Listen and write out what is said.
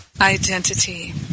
identity